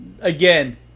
again